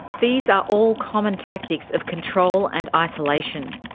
these are all common tactics of control and isolation.